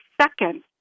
second